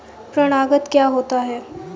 परागण क्या होता है?